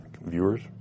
viewers